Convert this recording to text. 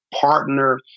partner